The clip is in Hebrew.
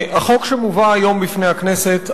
החוק שמובא היום בפני הכנסת,